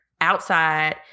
outside